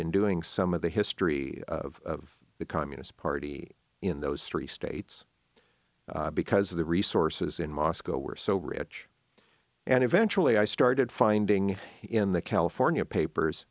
in doing some of the history of the communist party in those three states because the resources in moscow were so rich and eventually i started finding in the california papers